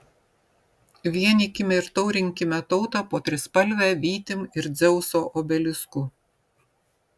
vienykime ir taurinkime tautą po trispalve vytim ir dzeuso obelisku